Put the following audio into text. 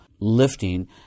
lifting